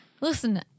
Listen